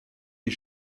die